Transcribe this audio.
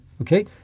Okay